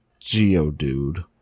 Geodude